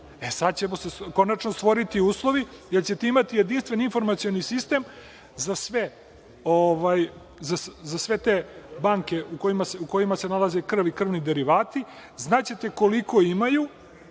e, sad će se konačno stvoriti uslovi, jer ćete imati jedinstven informacioni sistem za sve te banke u kojima se nalazi krv i krvni derivati, znaćete koliko imaju,